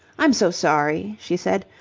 i'm so sorry, she said.